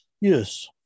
Yes